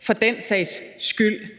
for den sags skyld.